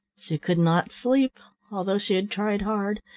she could not sleep, although she had tried hard,